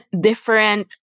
different